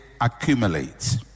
accumulates